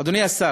אדוני השר,